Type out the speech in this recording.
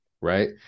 right